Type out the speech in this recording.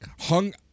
hung